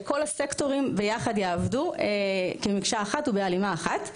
שכל הסקטורים ביחד יעבדו במקשה אחת ובהלימה אחת.